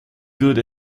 good